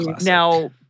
Now